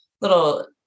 little